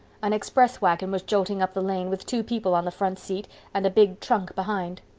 an express wagon was jolting up the lane, with two people on the front seat and a big trunk behind.